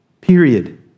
Period